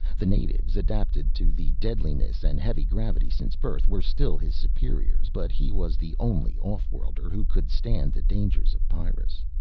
the natives, adapted to the deadliness and heavy gravity since birth, were still his superiors, but he was the only off-worlder who could stand the dangers of pyrrus.